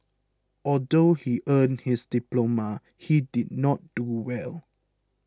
although he earned his diploma he did not do well